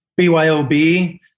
BYOB